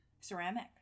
ceramic